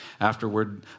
Afterward